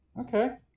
Okay